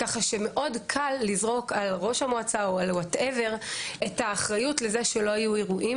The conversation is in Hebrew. קל מאוד לזרוק על ראש המועצה את האחריות על כך שלא היו אירועים.